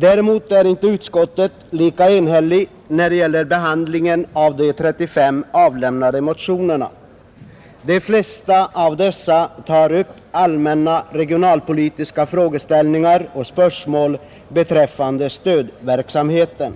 Däremot är inte utskottet lika enhälligt när det gäller behandlingen av de 35 avlämnade motionerna, De flesta av dessa tar upp allmänna regionalpolitiska frågeställningar och spörsmål beträffande stödverksamheten.